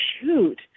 Shoot